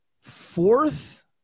fourth